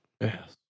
Yes